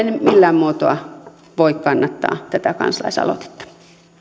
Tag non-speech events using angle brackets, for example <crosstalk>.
<unintelligible> en millään muotoa voi kannattaa tätä kansalaisaloitetta